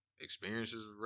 experiences